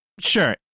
sure